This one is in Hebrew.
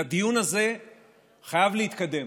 והדיון הזה חייב להתקדם.